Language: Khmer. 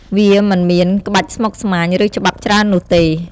វាមិនមានក្បាច់ស្មុគស្មាញ ឬច្បាប់ច្រើននោះទេ។